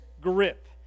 grip